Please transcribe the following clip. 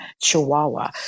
Chihuahua